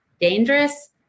dangerous